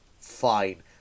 fine